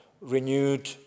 renewed